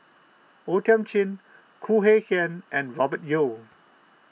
O Thiam Chin Khoo Kay Hian and Robert Yeo